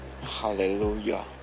Hallelujah